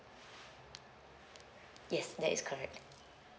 yes that is correct